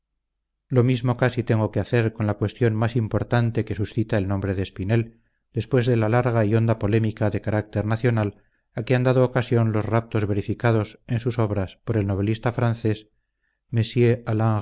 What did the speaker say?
lo mismo casi tengo que hacer con la cuestion más importante que suscita el nombre de espinel después de la larga y honda polémica de carácter nacional a que han dado ocasión los raptos verificados en sus obras por el novelista francés mr alain rene le sage y la